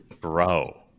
bro